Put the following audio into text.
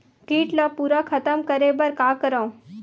कीट ला पूरा खतम करे बर का करवं?